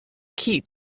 key